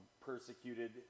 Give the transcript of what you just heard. persecuted